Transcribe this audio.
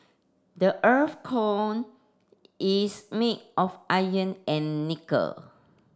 the earth's core is made of iron and nickel